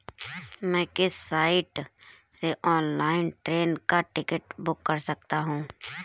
मैं किस साइट से ऑनलाइन ट्रेन का टिकट बुक कर सकता हूँ?